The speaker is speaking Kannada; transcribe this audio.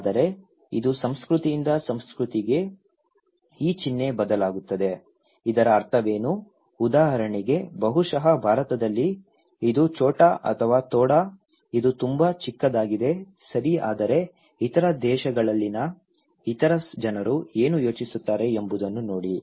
ಆದರೆ ಇದು ಸಂಸ್ಕೃತಿಯಿಂದ ಸಂಸ್ಕೃತಿಗೆ ಈ ಚಿಹ್ನೆ ಬದಲಾಗುತ್ತದೆ ಇದರ ಅರ್ಥವೇನು ಉದಾಹರಣೆಗೆ ಬಹುಶಃ ಭಾರತದಲ್ಲಿ ಇದು ಚೋಟಾ ಅಥವಾ ಥೋಡಾ ಇದು ತುಂಬಾ ಚಿಕ್ಕದಾಗಿದೆ ಸರಿ ಆದರೆ ಇತರ ದೇಶಗಳಲ್ಲಿನ ಇತರ ಜನರು ಏನು ಯೋಚಿಸುತ್ತಾರೆ ಎಂಬುದನ್ನು ನೋಡಿ